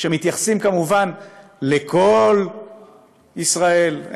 שמתייחסים כמובן לכל ישראל,